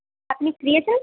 আপনি ফ্রি আছেন তো